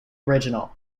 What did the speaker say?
original